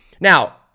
Now